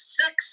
six